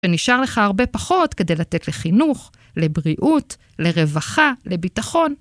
ונשאר לך הרבה פחות כדי לתת לחינוך, לבריאות, לרווחה, לביטחון.